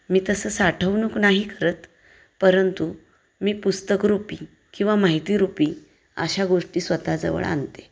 मी तसं साठवणूक नाही करत परंतु मी पुस्तकरुपी किंवा माहितीरुपी अशा गोष्टी स्वतःजवळ आणते